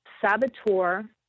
saboteur